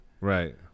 Right